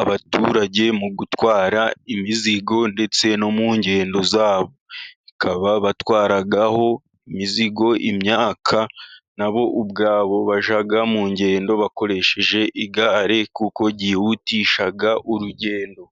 abaturage mu gutwara imizigo ndetse no mu ngendo zabo, bakaba batwaraho imizigo imyaka, na bo ubwabo bajya mu ngendo bakoresheje igare kuko ryihutisha urugendo.